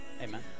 amen